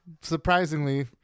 Surprisingly